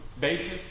basis